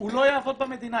הוא לא יעבוד במדינה.